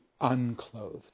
unclothed